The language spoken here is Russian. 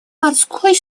морской